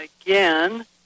again